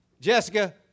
Jessica